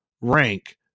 rank